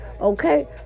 okay